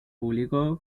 publicó